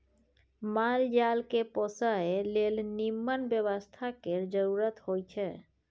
माल जाल केँ पोसय लेल निम्मन बेवस्था केर जरुरत होई छै